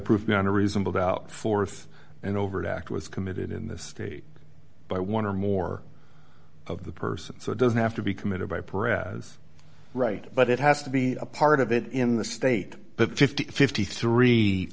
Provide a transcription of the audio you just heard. proof beyond a reasonable doubt forth an overt act was committed in this state by one or more of the persons so it doesn't have to be committed by paradis right but it has to be a part of it in the state but fifty fifty three